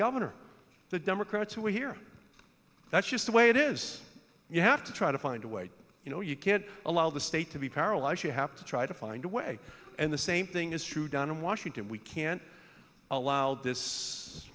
governor the democrats who are here that's just the way it is you have to try to find a way you know you can't allow the state to be paralyzed you have to try to find a way and the same thing is true done in washington we can't allow this